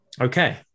okay